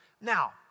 Now